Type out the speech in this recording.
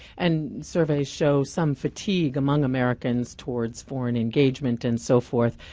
and surveys show some fatigue among americans towards foreign engagement and so forth.